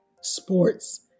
sports